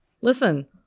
listen